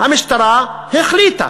המשטרה החליטה,